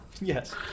Yes